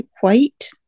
white